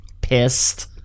pissed